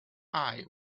eye